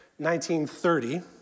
1930